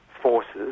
forces